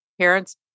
parents